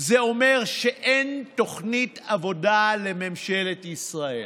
זה אומר שאין תוכנית עבודה לממשלת ישראל.